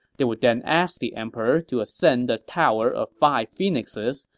they would then ask the emperor to ascend the tower of five phoenixes,